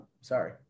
sorry